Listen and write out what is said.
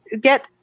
get